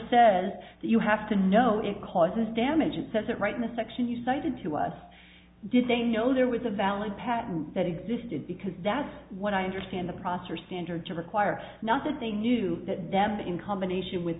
says you have to know it causes damage it says it right mr action you cited to us did they know there was a valid patent that existed because that's what i understand the processor standard to require not that they knew that them in combination with